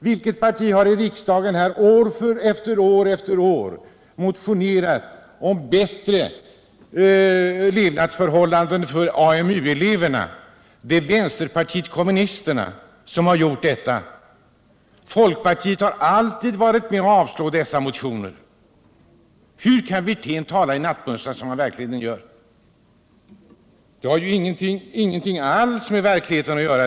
Vilket parti har i riksdagen år efter år motionerat om bättre förhållanden för AMU-eleverna? Det är vänsterpartiet kommunisterna. Folkpartiet har alltid varit med om att avslå de motionerna. Wirtén talar i nattmössan. Hans påståenden har ingenting alls med verkligheten att göra.